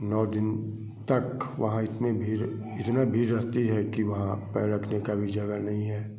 नौ दिन तक वहाँ इतनी भीड़ इतनी भीड़ रहती है कि वहाँ पैर रखने का भी जगह नहीं है